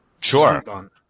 Sure